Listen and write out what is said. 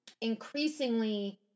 increasingly